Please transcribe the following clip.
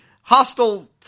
hostile